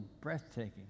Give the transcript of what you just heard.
breathtaking